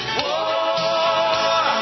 war